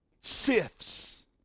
sifts